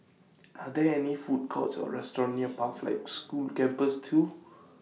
Are There any Food Courts Or restaurants near Pathlight School Campus two